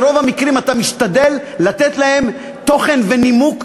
ברוב המקרים אתה משתדל לתת להן תוכן ונימוק,